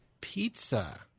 Pizza